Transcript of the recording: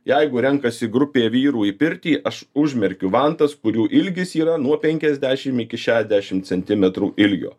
jeigu renkasi grupė vyrų į pirtį aš užmerkiu vantas kurių ilgis yra nuo penkiasdešimt iki šešiasdešimt centimetrų ilgio